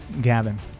Gavin